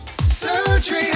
Surgery